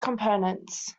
components